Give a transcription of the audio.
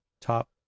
top